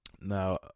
Now